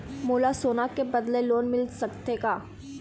मोला सोना के बदले लोन मिल सकथे का?